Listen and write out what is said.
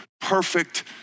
perfect